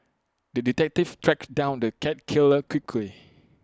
the detective tracked down the cat killer quickly